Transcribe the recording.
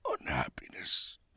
unhappiness